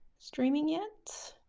streaming yet?